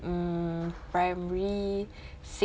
um primary six